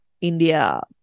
India